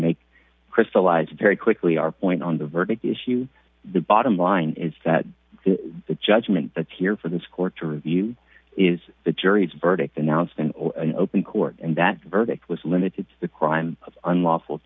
make crystallize very quickly our point on the verdict issue the bottom line is that the judgment that here for this court to review is the jury's verdict announced in open court and that verdict was limited to the crime of unlawful